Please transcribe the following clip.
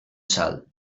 salt